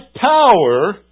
power